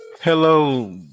Hello